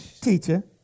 teacher